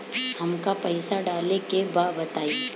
हमका पइसा डाले के बा बताई